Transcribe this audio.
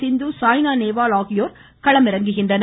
சிந்து சாய்னா நேவால் ஆகியோர் களமிறங்குகின்றனர்